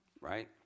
Right